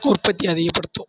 உற்பத்தி அதிகப்படுத்தும்